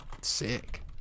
sick